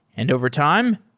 and overtime,